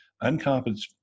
uncompensated